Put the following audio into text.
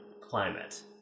climate